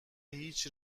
هیچ